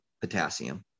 potassium